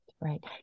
Right